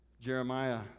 Jeremiah